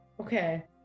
okay